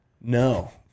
No